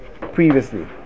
previously